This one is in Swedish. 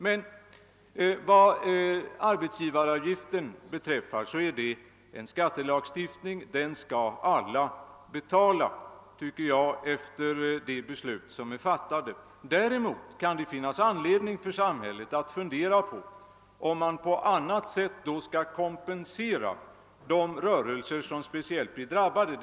Men arbetsgivaravgiften regleras. av skattelagstiftningen, och den skall, alla betala i enlighet med de beslut som fattas. Däremot kan det finnas anledning för samhället att fundera på om man på annat sätt skall kompensera de rörelser som blir särskilt hårt drabbade.